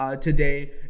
today